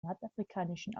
nordafrikanischen